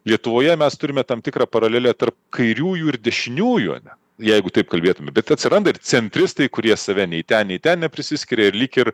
lietuvoje mes turime tam tikrą paralelę tarp kairiųjų ir dešiniųjų ane jeigu taip kalbėtume bet atsiranda ir centristai kurie save nei ten nei ten neprisiskiria ir lyg ir